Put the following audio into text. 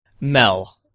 Mel